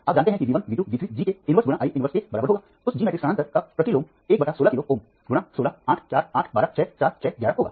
आप जानते हैं कि V 1 V 2 V 3 G के इनवर्स × I इनवर्स के बराबर होगा उस G मैट्रिक्स स्थानांतरण का प्रतिलोम 1 बटा 16 किलो Ω × 16 8 4 8 12 6 4 6 11 होगा